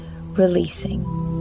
releasing